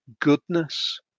goodness